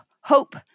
hope